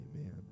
Amen